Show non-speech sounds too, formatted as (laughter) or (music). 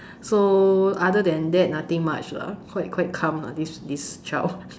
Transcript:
so other than that nothing much lah quite quite calm lah this this child (laughs)